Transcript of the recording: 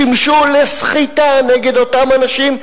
שימשו לסחיטה נגד אותם אנשים,